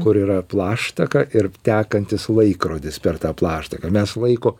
kur yra plaštaka ir tekantis laikrodis per tą plaštaką mes laiko